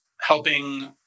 helping